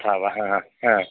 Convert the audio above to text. तथा वा हा हा हा हा